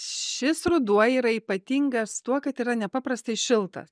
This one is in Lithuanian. šis ruduo yra ypatingas tuo kad yra nepaprastai šilta